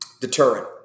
deterrent